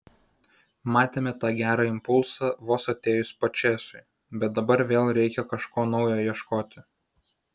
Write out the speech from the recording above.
matėme tą gerą impulsą vos atėjus pačėsui bet dabar vėl reikia kažko naujo ieškoti